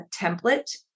template